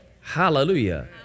Hallelujah